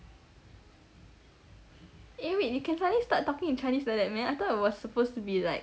eh wait you can suddenly start talking in chinese like that meh I thought it was supposed to be like